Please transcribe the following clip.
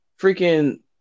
freaking